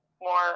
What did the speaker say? More